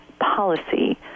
policy